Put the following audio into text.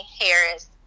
Harris